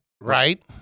Right